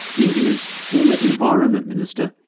india's former environment minister,